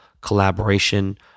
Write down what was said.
collaboration